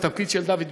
בתפקיד של דוד ביטן,